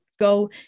go